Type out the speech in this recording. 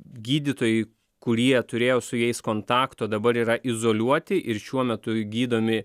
gydytojai kurie turėjo su jais kontakto dabar yra izoliuoti ir šiuo metu gydomi